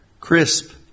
crisp